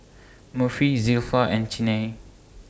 Murphy Zilpha and Chynna